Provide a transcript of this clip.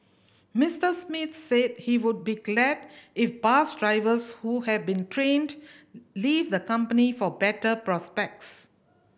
Mister Smith said he would be glad if bus drivers who have been trained leave the company for better prospects